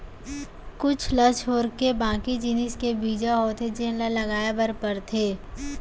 कुछ ल छोरके बाकी जिनिस के बीजा होथे जेन ल लगाए बर परथे